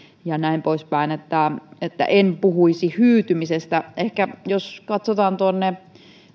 ja näin poispäin eli en puhuisi hyytymisestä jos katsotaan vähän tuonne